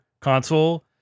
console